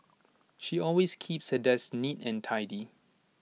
she always keeps her desk neat and tidy